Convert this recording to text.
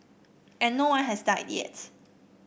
and no one has died yet